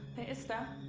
the staff.